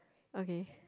okay